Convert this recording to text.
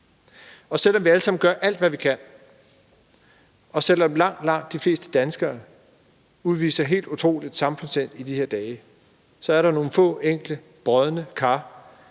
Selv om vi alle sammen gør, hvad vi kan, og selv om langt, langt de fleste danskere udviser helt utroligt samfundssind i de her dage, er der nogle få, enkelte brodne kar,